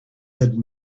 had